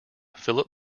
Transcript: philip